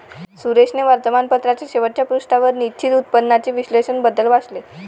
सुरेशने वर्तमानपत्राच्या शेवटच्या पृष्ठावर निश्चित उत्पन्नाचे विश्लेषण बद्दल वाचले